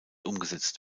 umgesetzt